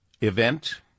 event